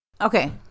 Okay